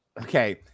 okay